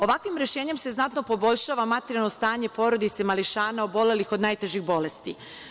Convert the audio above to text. Ovakvim rešenjem se znatno poboljšava materijalno stanje porodice mališana obolelih od najtežih bolesti.